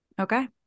Okay